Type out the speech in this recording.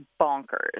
bonkers